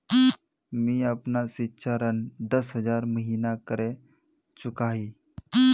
मी अपना सिक्षा ऋण दस हज़ार महिना करे चुकाही